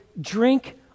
drink